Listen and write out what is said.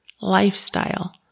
lifestyle